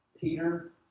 Peter